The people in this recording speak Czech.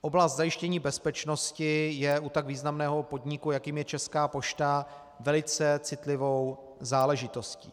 Oblast zajištění bezpečnosti je u tak významného podniku, jakým je Česká pošta, velice citlivou záležitostí.